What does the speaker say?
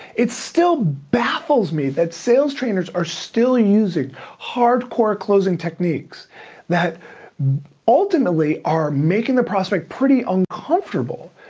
it still baffles me that sales trainers are still using hardcore closing techniques that ultimately are making the prospect pretty uncomfortable.